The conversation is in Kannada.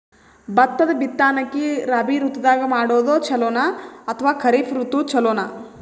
ಭತ್ತದ ಬಿತ್ತನಕಿ ರಾಬಿ ಋತು ದಾಗ ಮಾಡೋದು ಚಲೋನ ಅಥವಾ ಖರೀಫ್ ಋತು ಚಲೋನ?